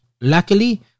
Luckily